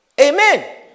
Amen